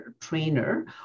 trainer